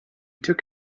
took